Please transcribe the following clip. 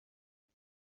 iba